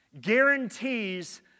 guarantees